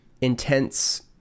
intense